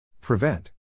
Prevent